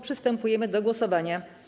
Przystępujemy do głosowania.